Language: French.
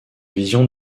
vision